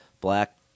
black